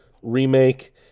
Remake